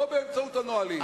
לא באמצעות הנהלים.